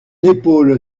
épaule